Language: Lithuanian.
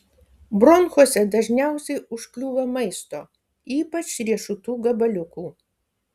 bronchuose dažniausiai užkliūva maisto ypač riešutų gabaliukų